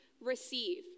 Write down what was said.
receive